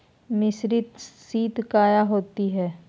मिसरीत खित काया होती है?